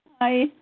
Hi